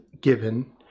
given